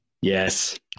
Yes